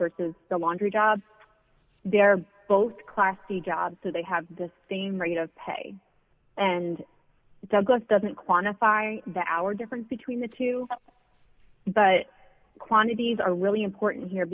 versus the laundry job they're both classy jobs so they have the same rate of pay and douglas doesn't quantify that hour difference between the two dollars but quantities are really important here